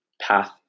path